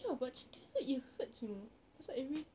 ya but still it hurts you know that's why every